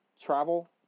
travel